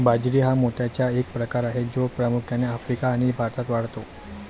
बाजरी हा मोत्याचा एक प्रकार आहे जो प्रामुख्याने आफ्रिका आणि भारतात वाढतो